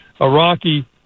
Iraqi